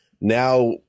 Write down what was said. Now